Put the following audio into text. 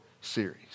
Series